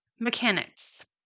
mechanics